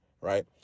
right